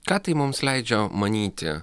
ką tai mums leidžia manyti